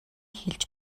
хэлж